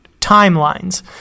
timelines